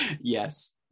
Yes